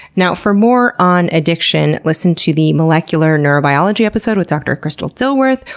now, for more on addiction, listen to the molecular neurobiology episode with dr. crystal dilworth,